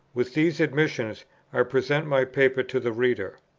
with these admissions i present my paper to the reader.